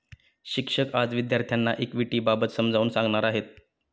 शिक्षक आज विद्यार्थ्यांना इक्विटिबाबत समजावून सांगणार आहेत